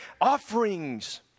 offerings